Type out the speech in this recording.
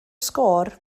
sgôr